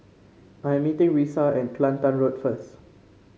I am meeting Risa at Kelantan Road first